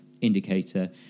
Indicator